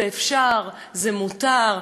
זה אפשר, זה מותר.